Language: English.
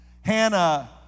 Hannah